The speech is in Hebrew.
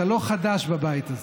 אתה לא חדש בבית הזה.